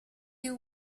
you